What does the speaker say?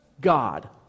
God